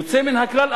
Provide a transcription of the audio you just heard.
יוצא מן הכלל,